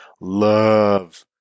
love